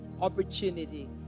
opportunity